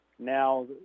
Now